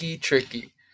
tricky